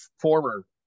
former